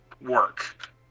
work